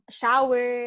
shower